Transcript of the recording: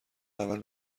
اول